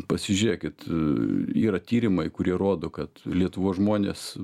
pasižiūrėkit yra tyrimai kurie rodo kad lietuvos žmonės